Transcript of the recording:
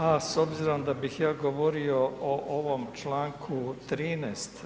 A s obzirom da bih ja govorio o ovom članku 13.